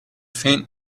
faint